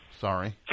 sorry